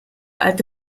alte